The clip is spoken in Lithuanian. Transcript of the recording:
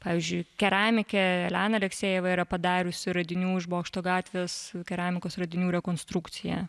pavyzdžiui keramikė elena aleksejeva yra padariusi radinių iš bokšto gatvės keramikos radinių rekonstrukciją